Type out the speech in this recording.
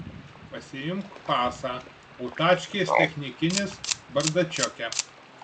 pasiimk pasą o tačkės technikinis bardačioke